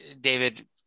david